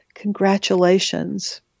Congratulations